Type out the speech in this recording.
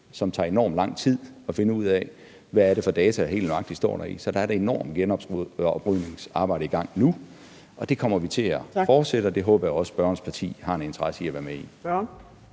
det tager enormt lang tid at finde ud af, hvad det er for nogle data, der helt nøjagtig står deri. Så der er et enormt genoprydningsarbejde i gang nu. Det kommer vi til at fortsætte, og det håber jeg også at spørgerens parti har en interesse i at være med i.